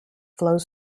flows